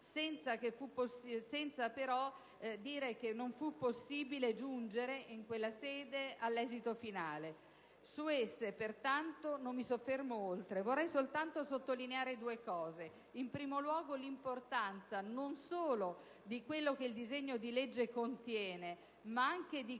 senza che fu possibile però in quella sede giungere all'esito finale. Su esse, pertanto, non mi soffermo oltre. Vorrei solo sottolineare due questioni. In primo luogo, l'importanza non solo di quello che il disegno di legge contiene, ma anche di